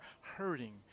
hurting